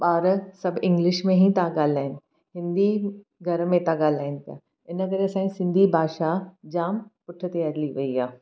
ॿार सभु इंग्लिश में ई त ॻल्हाइनि हिंदी घर में त ॻाल्हाइनि पिया इन करे असांजी सिंधी भाषा जाम पुठिते हली वई आहे